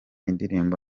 indirimbo